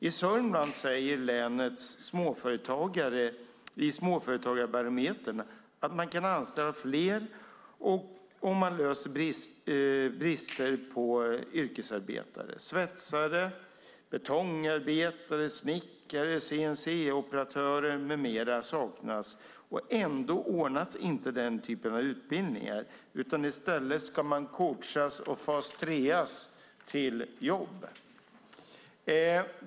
I Sörmland säger länets småföretagare i Småföretagarbarometern att de kan anställa fler om man löser bristen på yrkesarbetare. Svetsare, betongarbetare, snickare, CNC-operatörer med mera saknas, och ändå ordnas inte den typen av utbildningar. I stället ska man coachas och fas 3:as till jobb.